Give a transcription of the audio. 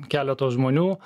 keleto žmonių